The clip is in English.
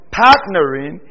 partnering